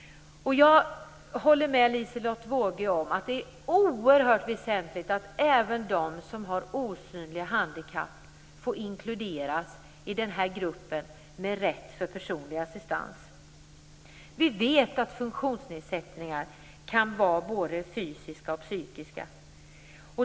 Jag håller med Liselotte Wågö om att det är oerhört väsentligt att även de som har osynliga handikapp får inkluderas i gruppen med rätt till personlig assistans. Vi vet att funktionsnedsättningar kan vara både fysiska och psykiska.